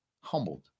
humbled